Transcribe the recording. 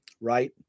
right